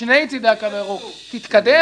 משני צדי הקו הירוק תתקדם,